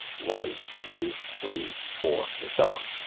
one, two, three, four, and so on.